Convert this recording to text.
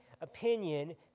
opinion